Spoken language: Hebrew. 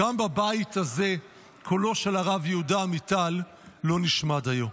גם בבית הזה קולו של הרב יהודה עמיטל לא נשמע דיו.